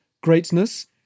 greatness